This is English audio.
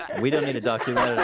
we don't need a document